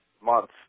month